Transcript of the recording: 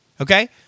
okay